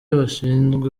bashinzwe